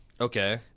Okay